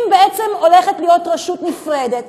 אם בעצם הולכת להיות רשות נפרדת,